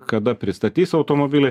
kada pristatys automobilį